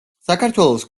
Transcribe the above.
საქართველოს